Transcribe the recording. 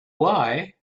why